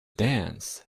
dance